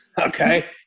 Okay